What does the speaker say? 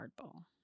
hardball